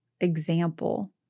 example